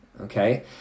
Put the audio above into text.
okay